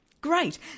Great